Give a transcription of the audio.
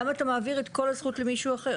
למה אתה מעביר את כל הזכות למישהו אחר?